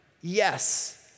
Yes